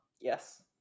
yes